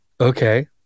Okay